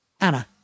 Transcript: Anna